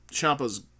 Champa's